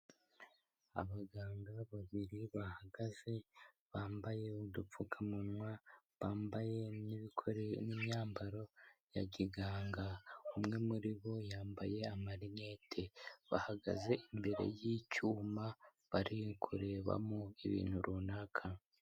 Abaganga babiri bahagaze, bambaye udupfukamunwa, bambaye n'imyambaro ya kiganga. Umwe muri bo yambaye amarinete. Bahagaze imbere y'icyuma, bari kurebamo ibintu runaka.